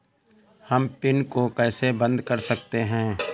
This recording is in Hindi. हम पिन को कैसे बंद कर सकते हैं?